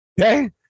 Okay